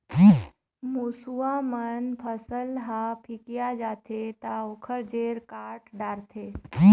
मूसवा मन फसल ह फिकिया जाथे त ओखर जेर काट डारथे